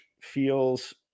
feels